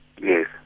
Yes